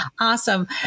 awesome